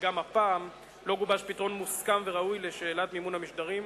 שגם הפעם לא גובש פתרון מוסכם וראוי לשאלת מימון המשדרים,